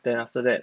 then after that